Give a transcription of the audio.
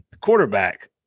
quarterback